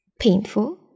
painful